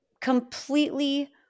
completely